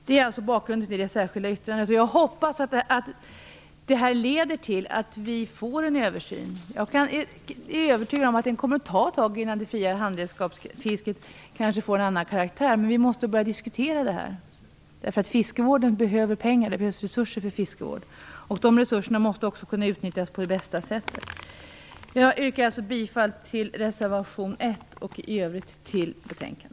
Det är bakgrunden till det särskilda yttrandet. Jag hoppas att detta leder till att vi får en översyn. Jag är övertygad om att det kommer att ta ett tag innan det fria handredskapsfisket kan få en annan karaktär, men vi måste börja diskutera det. Fiskevården behöver pengar, det behövs resurser. Dessa resurser måste också kunna utnyttjas på bästa sätt. Jag yrkar alltså bifall till reservation 1 och i övrigt till hemställan.